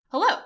Hello